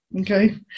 Okay